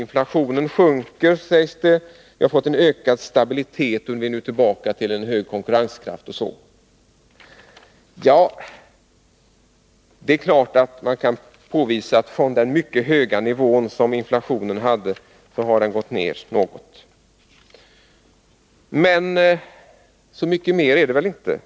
Inflationen sjunker, stabiliteten har ökat och konkurrenskraften har förbättrats. Det är klart att inflationen har gått ned något från den tidigare mycket höga nivån. Men så mycket mer kan man väl inte säga.